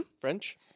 French